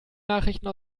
nachrichten